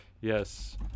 yes